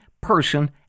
person